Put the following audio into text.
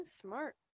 smart